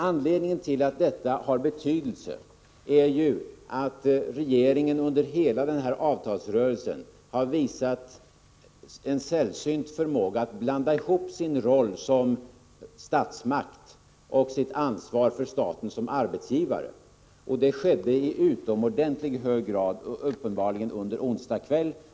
Anledningen till att det här har betydelse är ju att regeringen under hela denna avtalsrörelse har visat en sällsynt förmåga att blanda ihop sin roll som statsmakt och sitt ansvar för staten som arbetsgivare. Det skedde uppenbarligen i utomordentligt hög grad under den ifrågavarande onsdagskvällen.